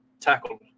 tackled